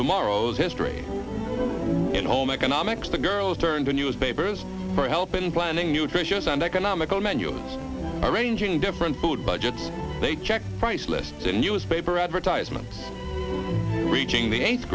tomorrow's history in home economics the girls turn to newspapers for help in planning nutritious and economical menu arranging different food budgets they check price lists the newspaper advertisement reaching the eighth